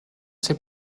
ser